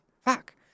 fuck